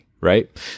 Right